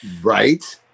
right